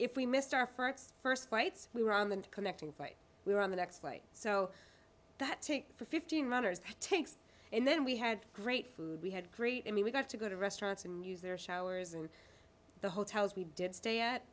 if we missed our fronts first flights we were on the connecting flight we were on the next flight so that fifteen runners takes and then we had great food we had great i mean we got to go to restaurants and use their showers and the hotels we did stay at